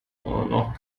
noch